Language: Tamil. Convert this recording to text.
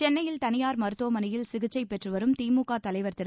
சென்னையில் தனியார் மருத்துவமனையில் சிகிச்சை பெற்று வரும் திமுக தலைவர் திரு